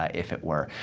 ah if it were.